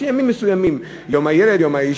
יש ימים מסוימים: יום הילד, יום האישה,